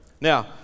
Now